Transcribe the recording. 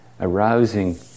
arousing